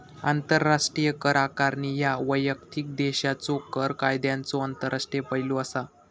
आंतरराष्ट्रीय कर आकारणी ह्या वैयक्तिक देशाच्यो कर कायद्यांचो आंतरराष्ट्रीय पैलू असा